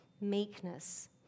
Meekness